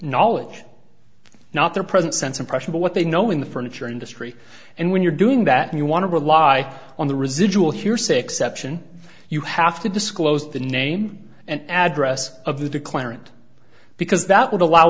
knowledge not their present sense impression to what they know in the furniture industry and when you're doing that and you want to rely on the residual hearsay exception you have to disclose the name and address of the declarant because that would allow